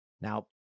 Now